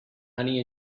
honey